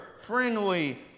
friendly